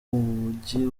mujyi